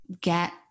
get